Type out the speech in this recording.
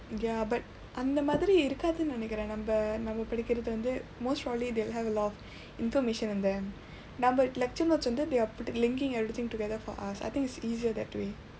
ya but அந்த மாதிறி இருக்காது நினைக்கிறேன் நம்ம நம்ம படிக்கிறது வந்து:andtha maathiri irukkaathu ninaikkireen namma namma padikkirathu vandthu most probably they'll have a lot of information in them நம்ம:namma lecture notes வந்து:vandthu they are pretty linking everything together for us I think it's easier that way